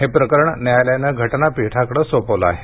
हे प्रकरण न्यायालयानं घटनापीठाकडं सोपवलं आहे